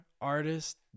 artist